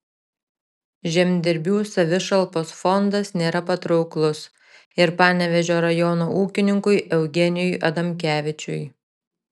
žemdirbių savišalpos fondas nėra patrauklus ir panevėžio rajono ūkininkui eugenijui adamkevičiui